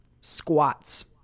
squats